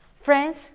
Friends